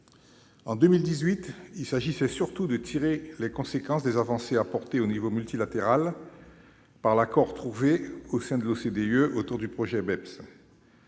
En 2018, il s'agissait surtout de tirer les conséquences des avancées obtenues au niveau multilatéral grâce à l'accord trouvé au sein de l'OCDE autour du projet BEPS.